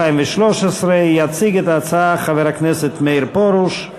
התשע"ג 2013, יציג את ההצעה חבר הכנסת מאיר פרוש.